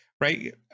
right